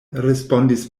respondis